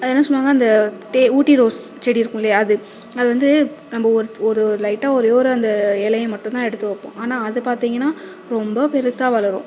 அது என்ன சொல்லுவாங்க அந்த ஊட்டி ரோஸ் செடி இருக்குதுல்லையா அது அது வந்து நம்ம ஒரு ஒரு லைட்டாக ஒரே ஒரு அந்த இலைய மட்டுந்தான் எடுத்து வைப்போம் ஆனால் அது பார்த்திங்கன்னா ரொம்ப பெருசாக வளரும்